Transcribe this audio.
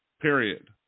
period